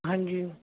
ਹਾਂਜੀ